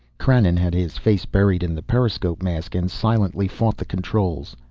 krannon had his face buried in the periscope mask and silently fought the controls.